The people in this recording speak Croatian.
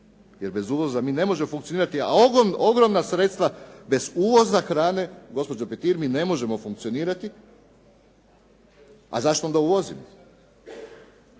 jer bez uvoza mi ne možemo funkcionirati, a ogromna sredstava bez uvoza hrane, gospođo Petir mi ne možemo funkcionirati. A zašto ona uvoziti?